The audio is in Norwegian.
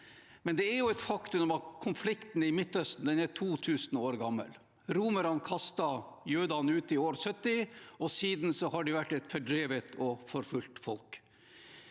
men det er et faktum at konflikten i Midtøsten er to tusen år gammel. Romerne kastet jødene ut i år 70, og siden har de vært et fordrevet og forfulgt folk.